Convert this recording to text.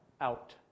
out